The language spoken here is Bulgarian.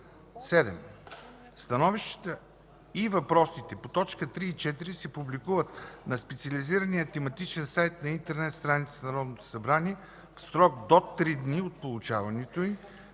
7. Становищата и въпросите по т. 3 и 4 се публикуват на специализирания тематичен сайт на интернет страницата на Народното събрание в срок до 3 дни от получаването им